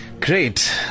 great